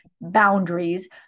boundaries